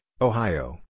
Ohio